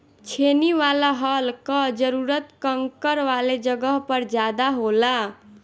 छेनी वाला हल कअ जरूरत कंकड़ वाले जगह पर ज्यादा होला